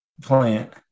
plant